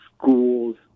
schools